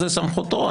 זו סמכותו.